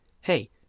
hey